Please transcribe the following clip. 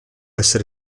essere